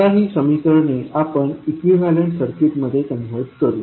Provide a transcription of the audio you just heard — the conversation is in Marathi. आता ही समीकरणे आपण इक्विवलेंट सर्किटमध्ये कन्व्हर्ट करू